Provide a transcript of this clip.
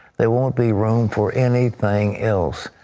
there will not be room for anything else.